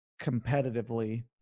competitively